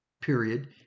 period